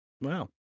wow